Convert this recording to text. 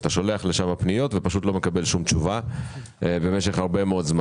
שאתה שולח לשם פניות ופשוט לא מקבל שום תשובה במשך זמן רב מאוד.